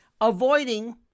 Avoiding